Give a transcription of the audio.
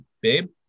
babe